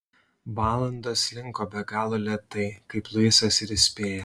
valandos slinko be galo lėtai kaip luisas ir įspėjo